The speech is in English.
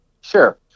Sure